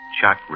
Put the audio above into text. Chuck